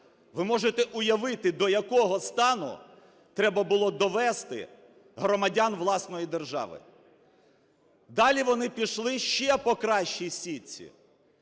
ви можете уявити, до якого стану треба було довести громадян власної держави! Далі вони пішли ще по кращій сітці.